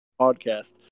podcast